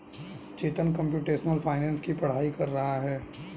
चेतन computational finance की पढ़ाई कर रहा है